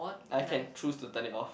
I can choose to turn it off